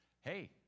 hey